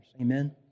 Amen